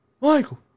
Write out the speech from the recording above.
Michael